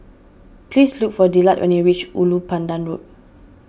please look for Dillard when you reach Ulu Pandan Road